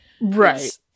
right